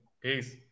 Peace